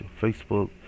Facebook